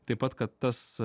taip pat kad tas